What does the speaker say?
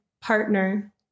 partner